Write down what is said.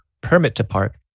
permit-to-park